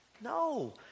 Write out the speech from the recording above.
No